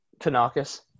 Tanakis